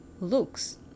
looks